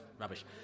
rubbish